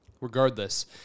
regardless